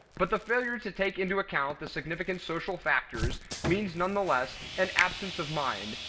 but the failure to take into account the significant social factors means none the less an absence of mind,